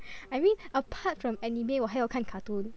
I mean apart from anime 我还有看 cartoon